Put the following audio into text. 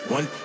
One